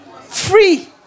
free